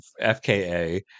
FKA